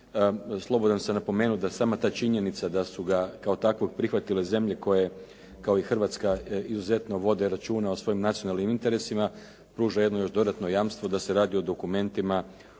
Slobodan sam napomenuti da sama ta činjenica da su ga kao takvog prihvatile zemlje koje kao i Hrvatska izuzetno vode računa o svojim nacionalnim interesima, pruža jedno još dodatno jamstvo da se radi o dokumentima